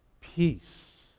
peace